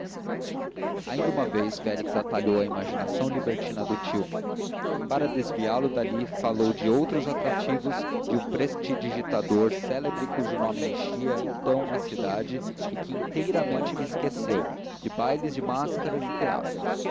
ainda uma vez félix atalhou a imaginação libertina do tio para desviá lo dali falou de outros atrativos de um prestidigitador célebre cujo nome enchia então a cidade e que inteiramente me esqueceu de bailes de máscaras e teatros